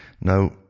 Now